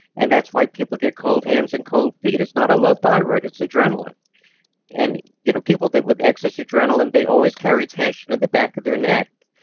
and that's why people get cold hands and cold feet. it's not a low thyroid, it's adrenaline and you know people with excess adrenaline, they always carry tension in the back of their neck.